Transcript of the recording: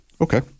Okay